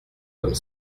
comme